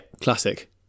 classic